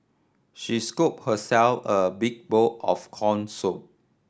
she scooped herself a big bowl of corn soup